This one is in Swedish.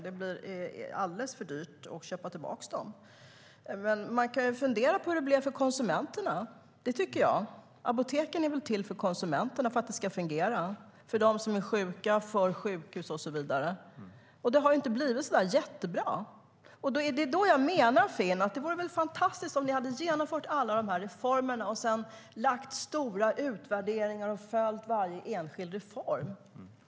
Det blir alldeles för dyrt att köpa tillbaka dem. Man kan fundera på hur det blev för konsumenterna. Det tycker jag. Apoteken är väl till för konsumenterna och för att det ska fungera för dem som är sjuka, sjukhus och så vidare? Det har inte blivit så jättebra. Det är då jag menar, Finn, att det hade varit fantastiskt om ni hade genomfört alla dessa reformer och sedan gjort stora utvärderingar och följt varje enskild reform.